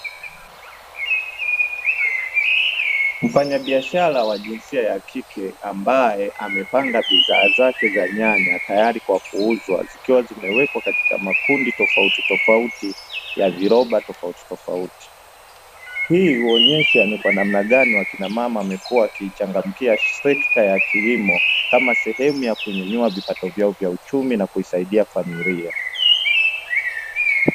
Mfanyabiashara wa jinsia ya kike ambae amepanga bidhaa zake za nyanya tayari kwa kuuzwa zikiwa zimewekwa katika makundi tofautitofauti na viroba tofautitofauti. Hii huonyesha namna gani wakinamama wamekuwa wakichangamkia sekta ya kilimo kama sehemu ya kuinua vipato vyao vya uchumi na kuisaidia familia.